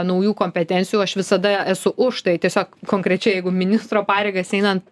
naujų kompetencijų aš visada esu už tai tiesiog konkrečiai jeigu ministro pareigas einant